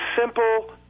simple